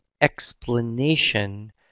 explanation